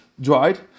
dried